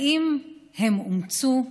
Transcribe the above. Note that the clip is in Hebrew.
האם הם אומצו?